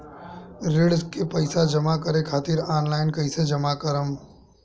ऋण के पैसा जमा करें खातिर ऑनलाइन कइसे जमा करम?